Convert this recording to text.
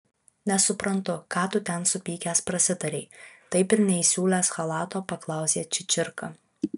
nesuprantu ką tu ten supykęs prasitarei taip ir neįsiūlęs chalato paklausė čičirka